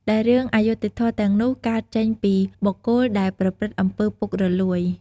ដែលរឿងអយុត្ដិធម៌ទាំងនោះកើតចេញពីបុគ្គលដែលប្រព្រឹត្ដិអំពើរពុករលួយ។